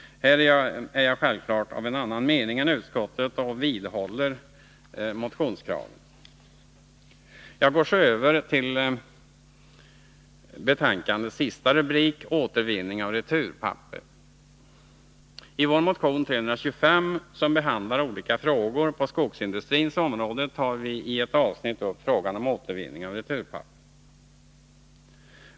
Här är jag självfallet av en annan mening än utskottet och vidhåller motionskravet. Jag går så över till betänkandets sista rubrik , Återvinning av returpapper. I vår motion 325, som behandlar olika frågor på skogsindustrins område, tar vi i ett avsnitt upp frågan om återvinning av returpapper.